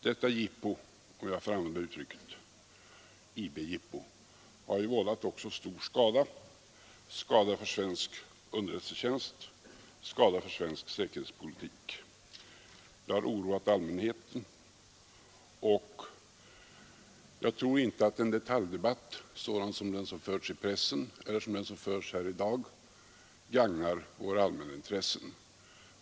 Detta IB-jippo, om jag får använda uttrycket, har också vållat stor skada — skada för svensk underrättelsetjänst, skada för svensk säkerhetspolitik. Det har oroat allmänheten. Jag tror inte att en detaljdebatt sådan som den som förts i pressen eller här i dag gagnar våra allmänna intressen.